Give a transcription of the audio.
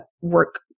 work